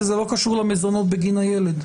וזה לא קשור למזונות בגין הילד.